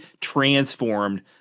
transformed